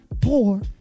poor